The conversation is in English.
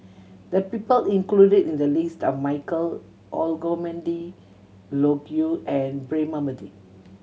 the people included in the list are Michael Olcomendy Loke Yew and Braema Mathi